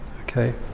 Okay